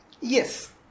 yes